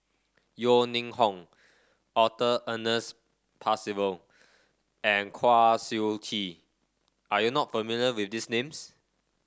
Yeo Ning Hong Arthur Ernest Percival and Kwa Siew Tee are you not familiar with these names